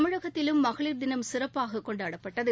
தமிழகத்திலும் மகளிர் தினம் சிறப்பாக கொண்டாடப்பட்டது